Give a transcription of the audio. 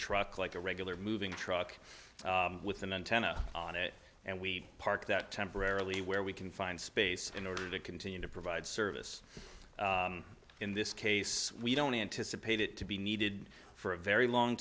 truck like a regular moving truck with an intent to on it and we park that temporarily where we can find space in order to continue to provide service in this case we don't anticipate it to be needed for a very long